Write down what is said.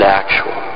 actual